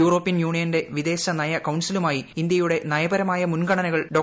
European യൂണിയന്റെ വിദേശനയ കൌൺസിലുമായി ഇന്ത്യയുടെ നയപരമായ മുൻഗണനകൾ ഡോ